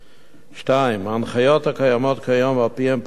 2. ההנחיות הקיימות כיום ועל-פיהן פועל המשרד